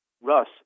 Russ